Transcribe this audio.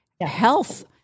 health